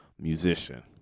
musician